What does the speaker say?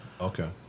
okay